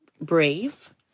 brave